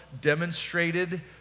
demonstrated